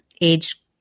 age